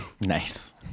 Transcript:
Nice